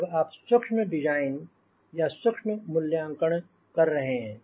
जब आप सुक्ष्म डिजाइन या सुक्ष्म मूल्यांकन कर रहे हैं